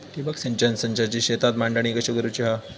ठिबक सिंचन संचाची शेतात मांडणी कशी करुची हा?